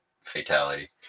fatality